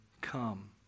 come